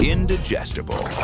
Indigestible